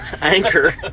anchor